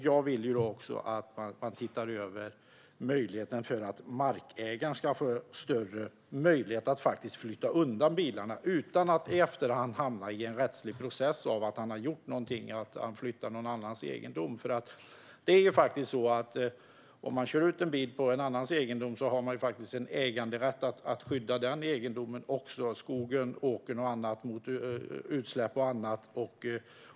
Jag vill också att man ser över och ökar möjligheterna för markägaren att flytta undan bilarna utan att i efterhand hamna i en rättslig process för att han flyttat någon annans egendom. Om någon annan kör ut en bil på ens mark har man faktiskt rätt att skydda sin egendom - skog, åker eller annat - mot utsläpp och andra saker.